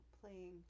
playing